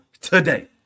today